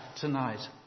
tonight